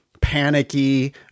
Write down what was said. panicky